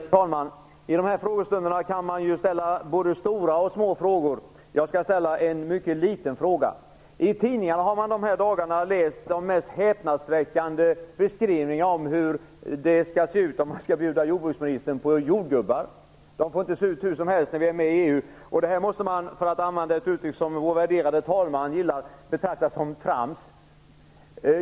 Värderade talman! Vid de här frågestunderna kan man ju ställa både stora och små frågor. Jag skall ställa en mycket liten fråga. I tidningarna har man dessa dagar kunnat läsa de mest häpnadsväckande beskrivningar av hur det skall se ut om man skall bjuda jordbruksministern på jordgubbar; de får inte se ut hur som helst när vi är med i EU. Det måste man - för att använda ett uttryck som vår värderade talman gillar - betrakta som trams.